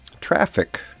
traffic